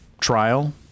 trial